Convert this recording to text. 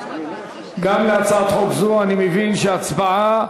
גם להצעת חוק זו אני מבין שההצבעה,